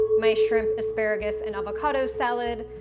my shrimp, asparagus and avocado salad,